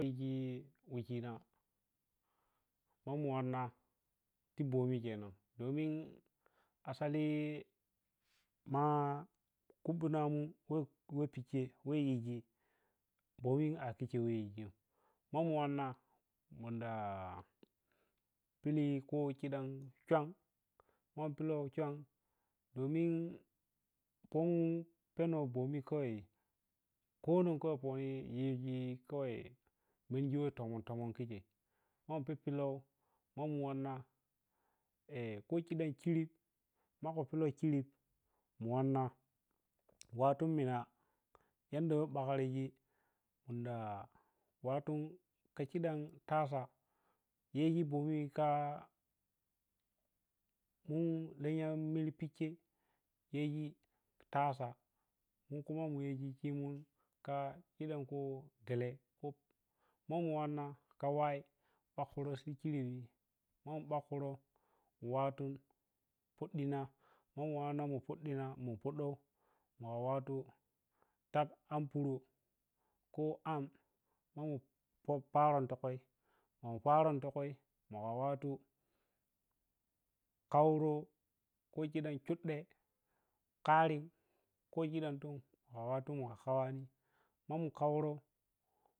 Ɗiji wakhina ma mu wanna ti bomi kha nan domin asali ma kup namu weh pikhei weh yiji bami a khikhem weh yijim ma mu wanna munda piliyi kho khidan kyun ma ma pilo kyun domin pomoh pheno bomi khawai kho num khawai pomoh yiji khawai merghi weh tomon tomon khi khei ma pip peleu ma mu wanna kho khudam kurip mu phipila kurip mu wanna wattu minah yadda weh bakirji munda wattu khi dam kasa yegih bomi kha mu lenya miri pikhei yeji ta sa mu khuma mu yeji khemum kha khidan khu dele kho ma mu wanna kha wai ɓakro sikhire ni ma bakro wattun poɗina ma mu wanna mu poɗiga mo podo ma wattu tak an poro ko am mammu paraon to kwai paraon to kwai mammu wattun kauro kho khu dan kyadde khari kho khuda ton ma mu khari ma mu kauro.